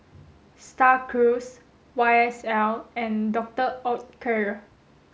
Star Cruise Y S L and Doctor Oetker